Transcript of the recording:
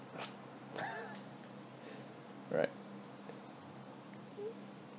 right